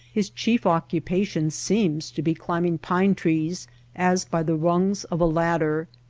his chief occupation seems to be climb ing pine-trees as by the rungs of a ladder.